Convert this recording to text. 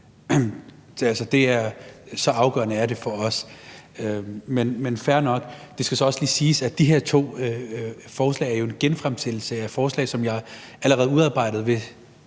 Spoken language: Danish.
pengene. Så afgørende er det for os. Men fair nok. Det skal så også lige siges, at de her to forslag jo er en genfremsættelse af forslag, som skulle fremsættes